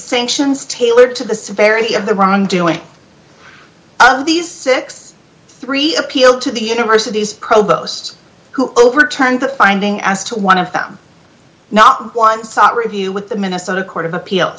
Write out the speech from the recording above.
sanctions tailored to the severity of the wrong doing of these sixty three appealed to the university's provost who overturned the finding as to one of them not one sought review with the minnesota court of appeal